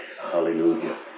Hallelujah